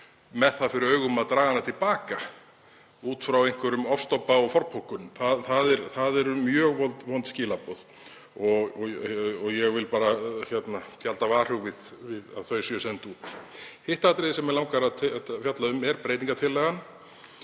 með það fyrir augum að draga hana til baka út frá einhverjum ofstopa og forpokun. Það eru mjög vond skilaboð og ég vil bara gjalda varhuga við að þau séu send héðan út. Hitt atriðið sem mig langar að fjalla um er breytingartillagan